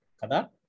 Kada